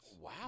Wow